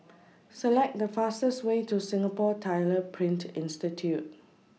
Select The fastest Way to Singapore Tyler Print Institute